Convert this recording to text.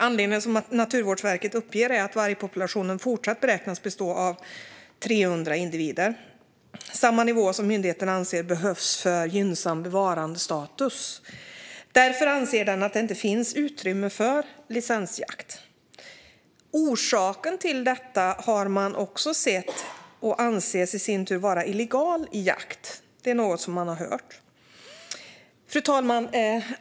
Anledningen som Naturvårdsverket uppgett är att vargpopulationen fortsatt beräknas bestå av 300 individer - samma nivå som myndigheterna anser behövs för gynnsam bevarandestatus. Därför anser man att det inte finns utrymme för licensjakt. Orsaken till detta anses i sin tur vara illegal jakt; det är något som man har hört. Fru talman!